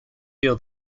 feel